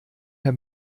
herr